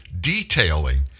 detailing